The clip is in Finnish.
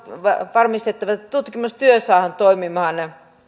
varmistettava että tutkimustyö saadaan toimimaan